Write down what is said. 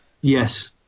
yes